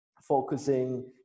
focusing